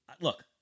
look